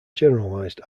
generalized